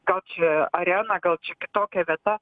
gal čia arena gal čia kitokia vieta